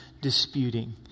disputing